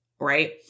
right